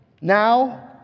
now